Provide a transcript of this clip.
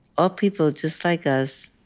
all people just like us,